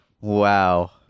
Wow